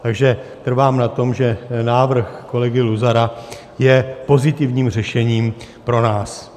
Takže trvám na tom, že návrh kolegy Luzara je pozitivním řešením pro nás.